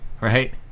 right